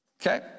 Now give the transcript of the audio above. Okay